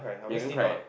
Megan cried